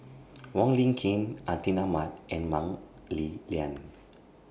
Wong Lin Ken Atin Amat and Mah Li Lian